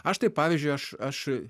aš tai pavyzdžiui aš aš